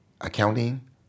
accounting